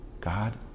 God